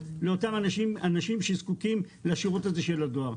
לאותם אנשים שזקוקים לשירות הזה של הדואר.